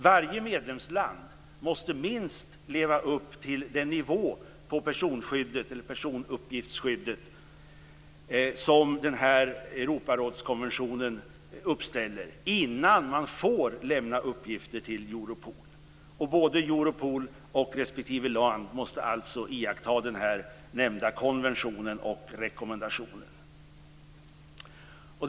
Varje medlemsland måste minst leva upp till denna nivå på personuppgiftsskyddet som Europarådskonventionen uppställer innan det får lämna uppgifter till Europol. Både Europol och respektive land måste alltså iaktta nyss nämnda konvention och rekommendation.